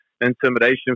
intimidation